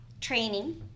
training